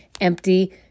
Empty